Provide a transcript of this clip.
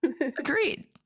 Agreed